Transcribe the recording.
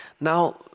Now